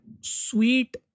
sweet